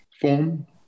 form